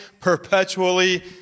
perpetually